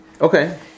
Okay